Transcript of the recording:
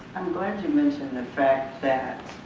i'm going to mention the fact that